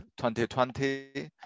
2020